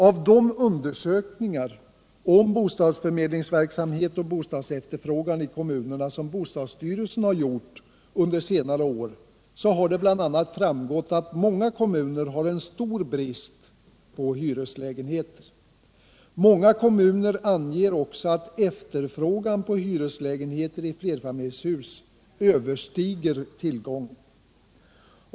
Av de undersökningar om bostadsförmedlingsverksamhet och bostadsefterfrågan i kommunerna som bostadsstyrelsen gjort under senare år har det bl.a. framgått att många kommuner har stor brist på hyreslägenheter. Många kommuner anger också att efterfrågan på hyresklägenheter i flerfamiljshus överstiger tillgången.